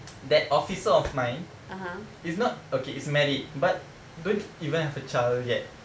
that officer of mine is not okay is married but don't even have a child yet